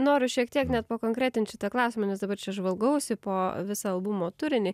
noriu šiek tiek net pakonkretint šitą klausimą nes dabar čia žvalgausi po visą albumo turinį